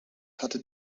hatte